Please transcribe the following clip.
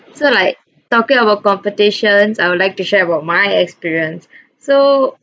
so like talking about competitions I would like to share about my experience so